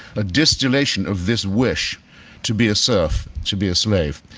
a distillation of this wish to be a serf, to be a slave.